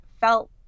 felt